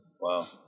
Wow